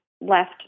left